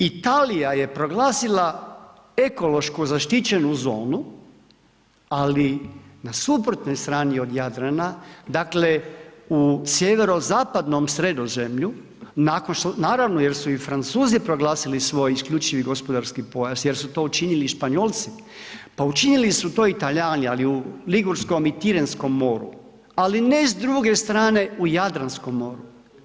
Italija je proglasila ekološku zaštićenu zonu, ali na suprotnoj strani od Jadrana, dakle u sjeverozapadnom Sredozemlju nakon što, naravno jer su i Francuzi proglasili svoj isključivi gospodarski pojas jer su to učinili i Španjolci, pa učinili su to i Talijani ali u Ligurskom i Tirenskom moru, ali ne s druge strane u Jadranskom moru.